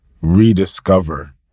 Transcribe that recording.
rediscover